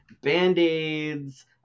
band-aids